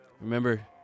Remember